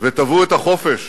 ותבעו את החופש